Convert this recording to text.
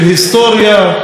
של היסטוריה,